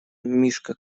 мишка